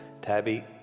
Tabby